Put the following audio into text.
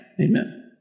Amen